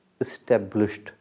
established